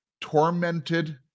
tormented